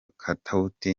katauti